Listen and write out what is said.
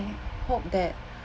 hope that